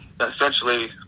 Essentially